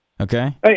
okay